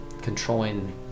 controlling